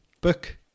book